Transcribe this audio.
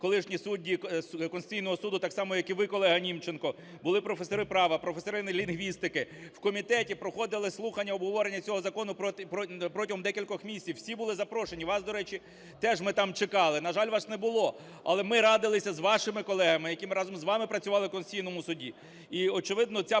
колишні судді Конституційного Суду так само, як і ви, колего Німченко. Були професори права, професори лінгвістики. В комітеті проходили слухання, обговорення цього закону протягом декількох місяців, всі були запрошені. Вас, до речі, теж ми там чекали. На жаль, вас не було. Але ми радилися з вашими колегами, які разом з вами працювали в Конституційному Суді.